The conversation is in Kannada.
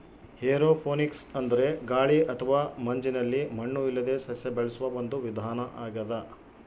ಏರೋಪೋನಿಕ್ಸ್ ಅಂದ್ರೆ ಗಾಳಿ ಅಥವಾ ಮಂಜಿನಲ್ಲಿ ಮಣ್ಣು ಇಲ್ಲದೇ ಸಸ್ಯ ಬೆಳೆಸುವ ಒಂದು ವಿಧಾನ ಆಗ್ಯಾದ